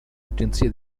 agenzie